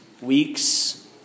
weeks